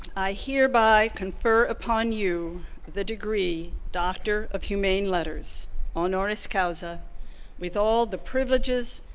i hereby confer upon you the degree doctor of humane letters honoris causa with all the privileges,